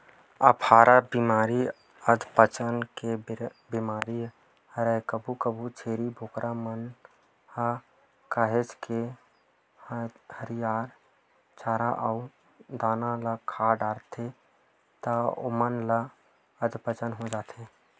अफारा बेमारी अधपचन के बेमारी हरय कभू कभू छेरी बोकरा मन ह काहेच के हरियर चारा अउ दाना ल खा डरथे त ओमन ल अधपचन हो जाथे